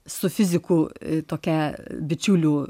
su fiziku tokia bičiulių